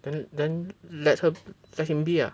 then then let her let him be ah